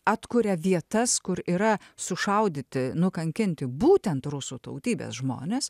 atkuria vietas kur yra sušaudyti nukankinti būtent rusų tautybės žmonės